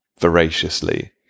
voraciously